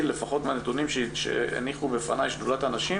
לפחות מהנתונים שהניחו בפני שדולת הנשים,